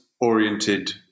Oriented